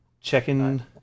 checking